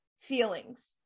feelings